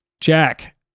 Jack